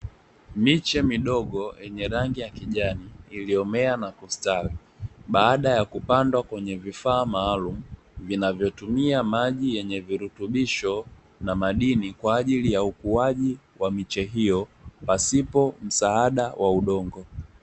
Miche midogo yenye rangi ya kijani iliyomea na kustawi, baada ya kupandwa kwenye vifaa maalumu, vinavyo tumia maji yenye virutubisho na madini kwa ajili ya ukuaji wa miche hiyo, pasipo msaada wa udongo.